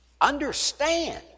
understand